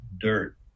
dirt